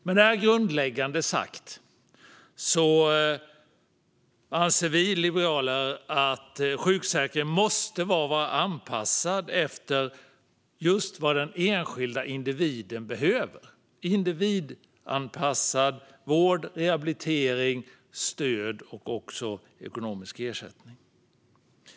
Med detta grundläggande sagt anser vi liberaler att sjukförsäkringen måste vara anpassad efter just vad den enskilda individen behöver - individanpassad vård, rehabilitering, stöd och ekonomisk ersättning.